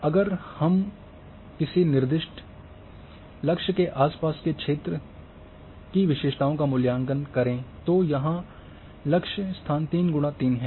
अब अगर हम किसी निर्दिष्ट लक्ष्य स्थान के आसपास के क्षेत्र की विशेषताओं का मूल्यांकन करें तो यहाँ लक्ष्य स्थान 3 × 3 है